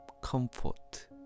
comfort